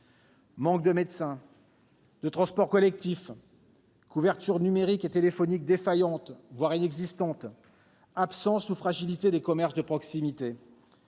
manque de médecins, de transports collectifs, couverture numérique et téléphonique défaillante, voire inexistante, absence ou fragilité des commerces de proximité